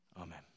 Amen